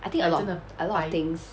I think a lot a lot of things